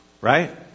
right